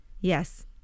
Yes